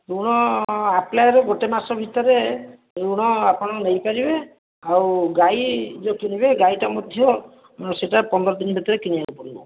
ଋଣ ଆପ୍ଲାଏର ଗୋଟେ ମାସ ଭିତରେ ଋଣ ଆପଣ ନେଇପାରିବେ ଆଉ ଗାଈ ଯେଉଁ କିଣିବେ ଗାଈଟା ମଧ୍ୟ ସେଇଟା ପନ୍ଦରଦିନ ଭିତରେ କିଣିବାକୁ ପଡ଼ିବ